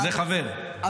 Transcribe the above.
וזה חבר.